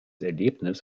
ergebnis